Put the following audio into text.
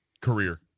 career